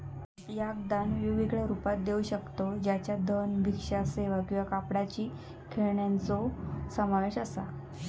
याक दान वेगवेगळ्या रुपात घेऊ शकतव ज्याच्यात धन, भिक्षा सेवा किंवा कापडाची खेळण्यांचो समावेश असा